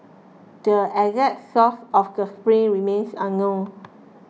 the exact source of the spring remains unknown